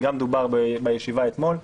זה גם דובר בישיבה אתמול.